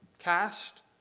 Cast